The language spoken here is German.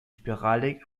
spiralig